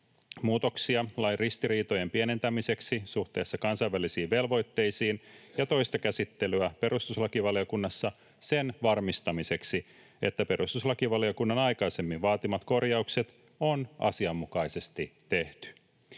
muutoksia lain ristiriitojen pienentämiseksi suhteessa kansainvälisiin velvoitteisiin ja toista käsittelyä perustuslakivaliokunnassa sen varmistamiseksi, että perustuslakivaliokunnan aikaisemmin vaatimat korjaukset on asianmukaisesti tehty.